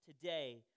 today